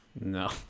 No